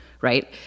right